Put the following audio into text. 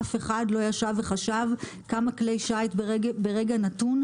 אף אחד לא ישב וחשב כמה כלי שיט נמצאים באגם ברגע נתון